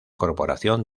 corporación